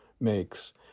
makes